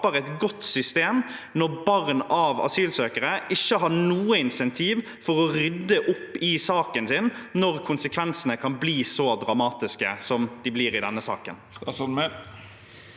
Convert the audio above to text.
et godt system når barn av asylsøkere ikke har noe insentiv for å rydde opp i saken sin når konsekvensene kan bli så dramatiske som de blir i denne saken?